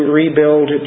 rebuild